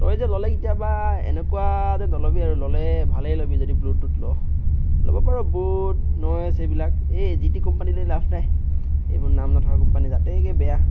তই যে ল'লে কেতিয়াবা এনেকুৱা যে নল'বি আৰু ল'লে ভালেই ল'বি যদি ব্লুটুথ লওঁ ল'ব পাৰ বট নইজ এইবিলাক এই যি তি কোম্পানীৰ লৈ লাভ নাই এইবোৰ নাম নথকা কোম্পানী জাতেকৈয়ে বেয়া